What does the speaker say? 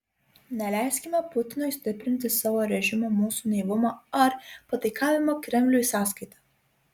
neleiskime putinui stiprinti savo režimo mūsų naivumo ar pataikavimo kremliui sąskaita